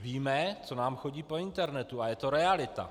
Víme, co nám chodí po internetu, a je to realita.